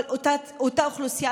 אותה אוכלוסייה,